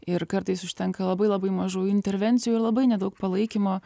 ir kartais užtenka labai labai mažų intervencijų ir labai nedaug palaikymo